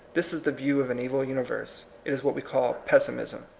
this is the view of an evil universe. it is what we call pessimism.